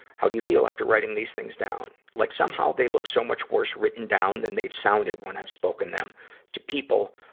how do you feel after writing these things down? like somehow, they look so much worse written down than they've sounded when i've spoken them to people,